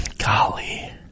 Golly